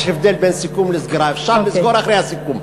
יש הבדל בין סיכום לסגירה: אפשר לסגור אחרי הסיכום.